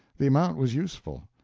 the amount was useful.